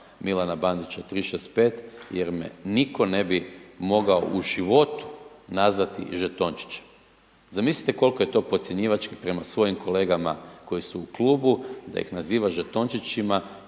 Milana Bandića 365 jer me nitko ne bi mogao u životu nazvati žetončićem. Zamislite koliko je to podcjenjivački prema svojim kolegama koji su u klubu da ih nazivaš žetončićima,